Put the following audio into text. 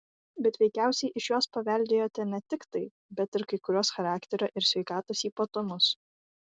bet veikiausiai iš jos paveldėjote ne tik tai bet ir kai kuriuos charakterio ir sveikatos ypatumus